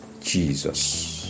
Jesus